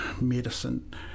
medicine